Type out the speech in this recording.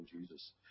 Jesus